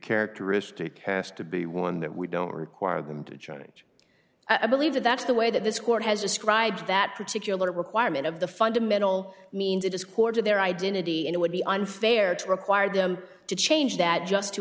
characteristic has to be one that we don't require them to change i believe that that's the way that this court has described that particular requirement of the fundamental means it is core to their identity and it would be unfair to require them to change that just to